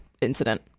incident